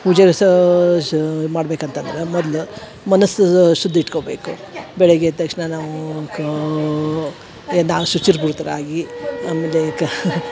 ಪೂಜೆ ರಸ ಶ ಮಾಡ್ಬೇಕು ಅಂತಂದ್ರ ಮೊದ್ಲು ಮನಸ್ಸು ಶುದ್ಧ ಇಟ್ಕೊಬೇಕು ಬೆಳಗ್ಗೆ ಎದ್ದ ತಕ್ಷಣ ನಾವು ಕಾ ಎದ್ದ ಶುಚಿರ್ಭೂತರಾಗಿ ಆಮೇಲೆ ಕ